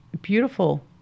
beautiful